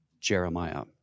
Jeremiah